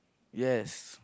yes